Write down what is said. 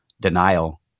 denial